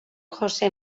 jose